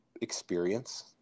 experience